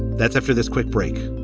that's after this quick break